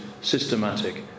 systematic